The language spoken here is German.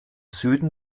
süden